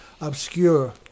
obscure